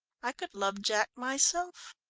i could love jack myself.